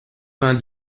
vingt